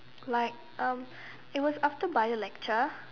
like um it was after Bio lecture